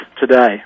today